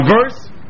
verse